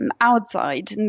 outside